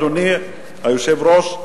אדוני היושב-ראש,